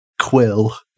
quill